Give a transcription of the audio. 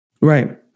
Right